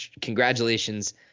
congratulations